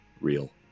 real